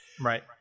Right